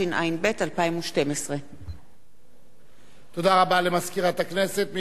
התשע"ב 2012. תודה רבה למזכירת הכנסת.